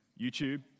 YouTube